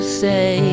say